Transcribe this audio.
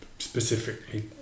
specifically